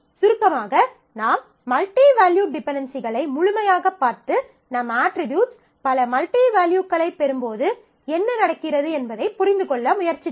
சுருக்கமாக நாம் multi valued டிபென்டென்சிகளை முழுமையாகப் பார்த்து நம் அட்ரிபியூட்ஸ் பல மல்டி வேல்யூக்களைப் பெறும்போது என்ன நடக்கிறது என்பதைப் புரிந்துகொள்ள முயற்சித்தோம்